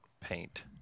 paint